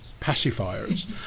pacifiers